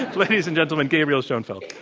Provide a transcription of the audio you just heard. ladies and gentlemen, gabriel schoenfeld.